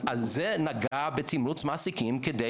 זה נגע בתמרוץ מעסיקים כדי